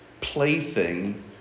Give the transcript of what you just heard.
plaything